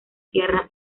sierra